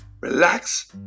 relax